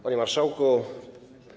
Panie Marszałku!